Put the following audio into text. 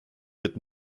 wird